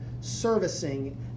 servicing